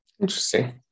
Interesting